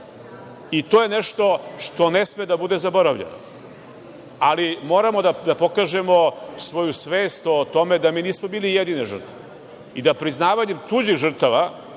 To je nešto što ne sme da bude zaboravljeno. Ali, moramo da pokažemo svoju svest o tome da mi nismo bile jedine žrtve i da priznavanjem tuđih žrtava